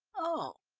oh,